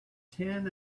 tin